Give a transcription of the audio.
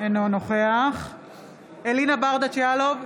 אינו נוכח אלינה ברדץ' יאלוב,